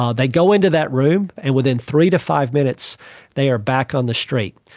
um they go into that room, and within three to five minutes they are back on the street.